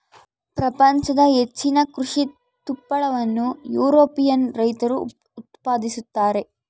ಪ್ರಪಂಚದ ಹೆಚ್ಚಿನ ಕೃಷಿ ತುಪ್ಪಳವನ್ನು ಯುರೋಪಿಯನ್ ರೈತರು ಉತ್ಪಾದಿಸುತ್ತಾರೆ